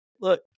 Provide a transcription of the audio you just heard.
Look